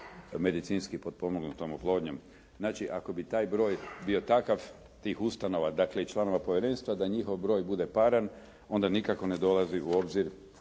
medicinski potpomognutom oplodnjom. Znači, ako bi taj broj bio takav tih ustanova, dakle i članova povjerenstva da njihov broj bude paran onda nikako ne dolazi u obzir